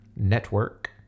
network